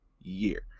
year